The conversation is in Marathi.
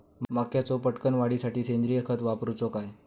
मक्याचो पटकन वाढीसाठी सेंद्रिय खत वापरूचो काय?